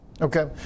Okay